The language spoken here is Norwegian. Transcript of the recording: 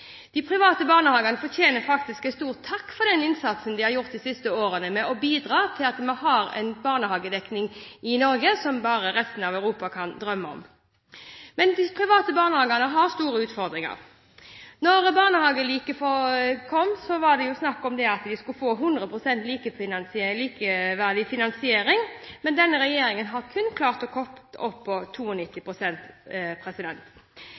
De private barnehagene fortjener faktisk en stor takk for den innsatsen de har gjort de siste årene med å bidra til at vi har en barnehagedekning i Norge som resten av Europa bare kan drømme om. Men de private barnehagene har store utfordringer. Da barnehageforliket kom, var det snakk om at man skulle få 100 pst. likeverdig finansiering, men denne regjeringen har kun klart å komme opp på